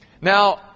Now